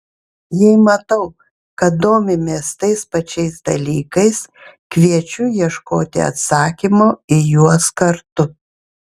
jei matau kad domimės tais pačiais dalykais kviečiu ieškoti atsakymo į juos kartu